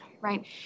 right